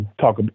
talk